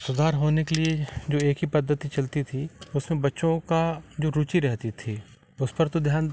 सुधार होने के लिए जो एक ही पद्धति चलती थी उसमें बच्चों का जो रुचि रहती थी उस पर तो ध्यान